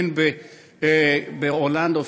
הן באורלנדו,